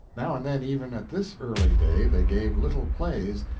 now and then, even at this early day, they gave little plays,